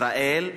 ישראל,